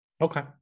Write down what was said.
Okay